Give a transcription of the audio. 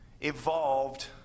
evolved